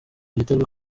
vyitezwe